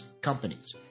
companies